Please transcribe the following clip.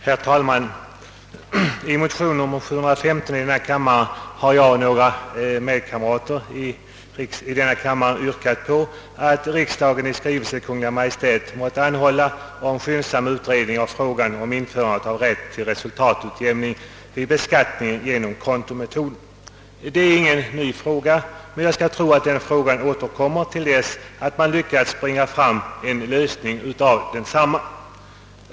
Herr talman! I motion nr 715 i denna kammare har jag och några kamrater yrkat på att riksdagen i skrivelse till Kungl. Maj:t måtte anhålla om skyndsam utredning av frågan om införandet av rätt till resultatutjämning vid beskattning genom kontometoden. Det är ingen ny fråga, men jag skulle tro att den återkommer ända tills man har lyckats åstadkomma en lösning av densamma.